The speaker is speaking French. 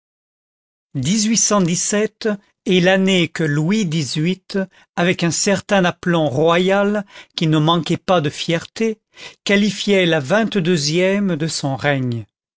i est l'année que louis xviii avec un certain aplomb royal qui ne manquait pas de fierté qualifiait la vingt-deuxième de son règne